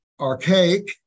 archaic